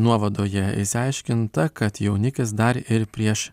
nuovadoje išsiaiškinta kad jaunikis dar ir prieš